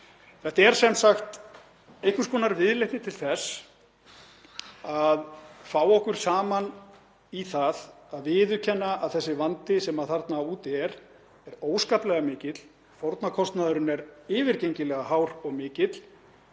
Þetta er sem sagt einhvers konar viðleitni til þess að fá okkur saman í það að viðurkenna að þessi vandi sem er þarna úti er óskaplega mikill, fórnarkostnaðurinn er yfirgengilega hár og mikill.